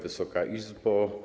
Wysoka Izbo!